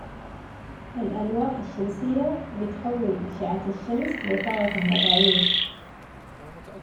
الالواح الشمسية بتحول اشعة الشمس لي طاقة كهربائية.